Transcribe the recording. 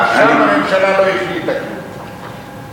גם שם הממשלה לא החליטה כלום.